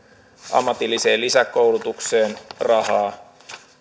ammatilliseen lisäkoulutukseen rahaa